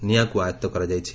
ନିଆଁକୁ ଆୟତ୍ତ କରାଯାଇଛି